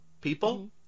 people